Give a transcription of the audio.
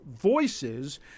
voices